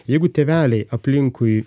jeigu tėveliai aplinkui